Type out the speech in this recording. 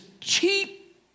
cheap